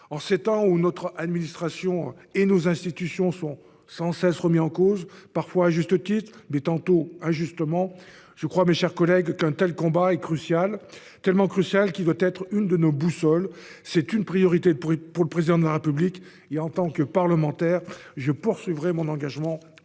En ces temps où notre administration et nos institutions sont sans cesse remises en cause, tantôt à juste titre, tantôt injustement, je crois, mes chers collègues, qu'un tel combat est crucial. Tellement crucial qu'il doit être l'une de nos boussoles. C'est une priorité pour le Président de la République et, en tant que parlementaire, je poursuivrai mon engagement